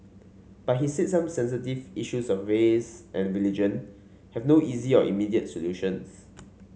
but he said some sensitive issues of race and religion have no easy or immediate solutions